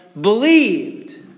believed